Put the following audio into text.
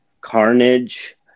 Carnage